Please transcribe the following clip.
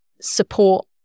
support